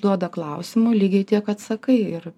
duoda klausimų lygiai tiek atsakai ir